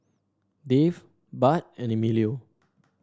David Budd and Emilio